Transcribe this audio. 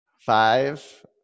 Five